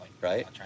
right